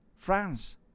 France